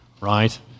right